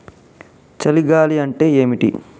చలి గాలి అంటే ఏమిటి?